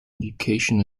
education